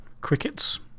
Crickets